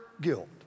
guilt